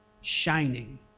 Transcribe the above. shining